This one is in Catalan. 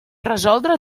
resoldre